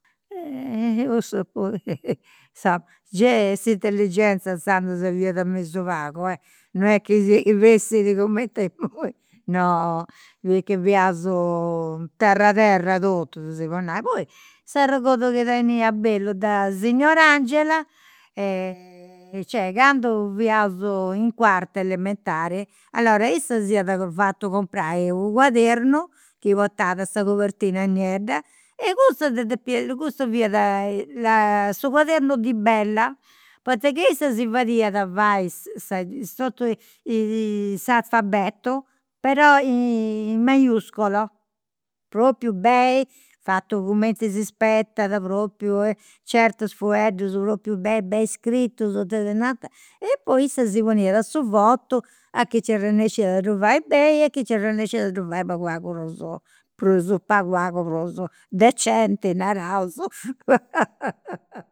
cussa puru sa, gei s'intelligenza inzandus fiat mesu pagus, eh, non est chi siat chi fessit cumenti imui, no fiaus terra terra totus, si podit nai, poi s'arregodu chi tenia bellu de signora Angela cioè candu fiaus in cuarta elementari, allora, issa si iat fatu comporai u' quadernu chi portat sa copertina niedda e cussa depia, cussa fiat là su quadernu di bella, pentza chi issa si fadiat fai sa sa s'alfabetu, però in maiuscolo, propriu beni, fatu cumenti si spetat, propriu, certus fueddus propriu beni beni scritus, tesinanta, e poi issa si poniat su votu a chi nci arrennesciat a ddu fai beni e chi nci arrennesciat a ddu fai pagu pagu prus prus pagu pagu prus decenti, naraus